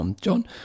John